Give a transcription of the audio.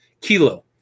Kilo